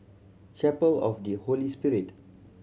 Chapel of the Holy Spirit